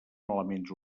elements